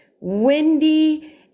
windy